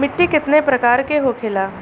मिट्टी कितने प्रकार के होखेला?